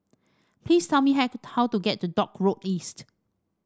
please tell me how to get to Dock Road East